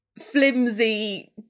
flimsy